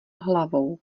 hlavou